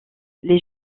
les